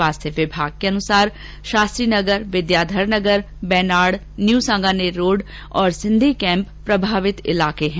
स्वास्थ्य विभाग के अनुसार शास्त्री नगर विद्याधर नगर बेनाड न्यू सांगानेर रोड और सिंधी कैंप प्रभावित इलाके हैं